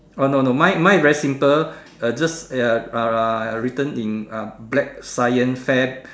oh no no my mine is very simple uh just ya uh written in uh black science fair